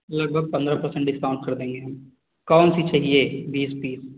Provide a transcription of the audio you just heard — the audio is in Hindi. लगभग पन्द्रह पर्सेन्ट डिस्काउंट कर देंगे कौनसी चाहिये बीस तीस